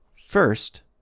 First